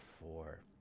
four